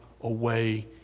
away